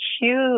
huge